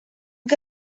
que